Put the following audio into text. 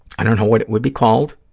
i don't know what it would be called.